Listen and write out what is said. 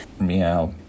meow